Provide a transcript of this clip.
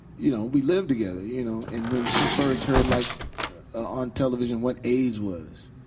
you know we lived together. you know and when she first heard like on television what aids was,